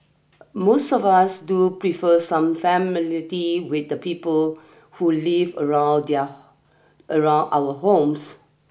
most of us do prefer some familiarity with the people who live around their around our homes